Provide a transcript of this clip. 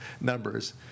numbers